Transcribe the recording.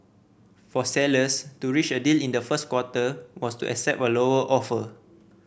for sellers to reach a deal in the first quarter was to accept a lower offer